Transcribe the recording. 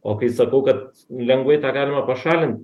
o kai sakau kad lengvai tą galima pašalint